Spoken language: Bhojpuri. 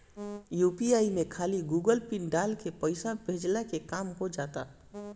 यू.पी.आई में खाली गूगल पिन डाल के पईसा भेजला के काम हो होजा